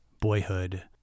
Boyhood